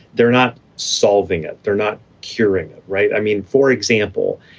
they're not solving it. they're not curing it. right. i mean, for example,